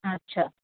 আচ্ছা